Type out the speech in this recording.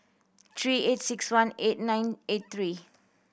three eight six one eight nine eight three